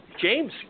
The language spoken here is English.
James